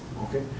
okay